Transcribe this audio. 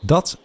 Dat